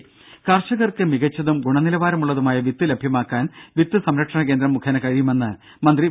ദേദ കർഷർക്ക് മികച്ചതും ഗുണനിലവാരമുള്ളതുമായ വിത്ത് ലഭ്യമാക്കാൻ വിത്ത് സംരക്ഷണ കേന്ദ്രം മുഖേന കഴിയുമെന്ന് മന്ത്രി വി